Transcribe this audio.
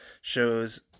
shows